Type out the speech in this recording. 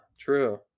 true